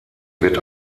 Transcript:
wird